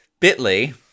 Bitly